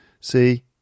see